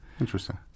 Interesting